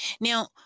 now